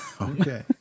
okay